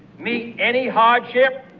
meet any hardship,